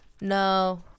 No